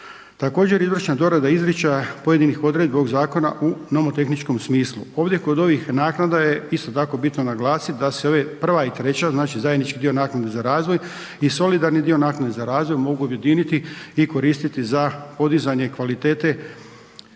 Također, izvršna dorada izričaja pojedinih odredbi ovog zakona u nomotehničkom smislu, ovdje kod ovih naknada je isto tako bitno naglasit da se ove prva i treća, znači zajednički dio naknade za razvoj i solidarni dio naknade za razvoj mogu objediniti i koristiti za podizanje kvalitete